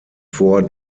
vor